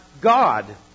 God